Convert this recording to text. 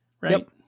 right